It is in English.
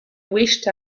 wished